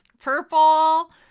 Purple